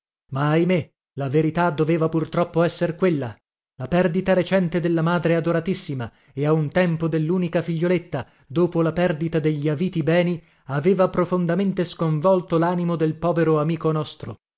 ma ahimè la verità doveva purtroppo esser quella la perdita recente della madre adoratissima e a un tempo dellunica figlioletta dopo la perdita degli aviti beni aveva profondamente sconvolto lanimo del povero amico nostro